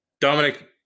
Dominic